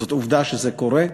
זאת עובדה שזה קורה.